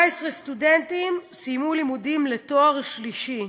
14 סטודנטים סיימו לימודים לתואר שלישי.